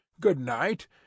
good-night